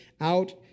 out